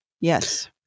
Yes